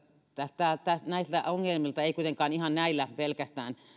näiltä ongelmilta ei kuitenkaan ihan näillä pelkästään